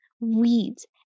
weeds